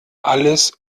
alles